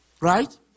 Right